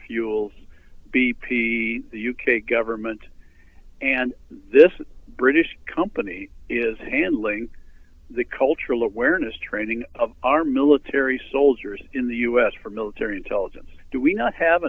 p the u k government and this british company is handling the cultural awareness training of our military soldiers in the us for military intelligence do we not have